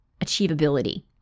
achievability